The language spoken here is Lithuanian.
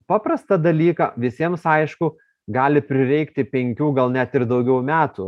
paprastą dalyką visiems aišku gali prireikti penkių gal net ir daugiau metų